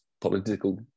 political